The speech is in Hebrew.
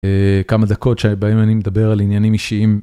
כמה דקות שבהם אני מדבר על עניינים אישיים,